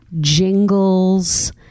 jingles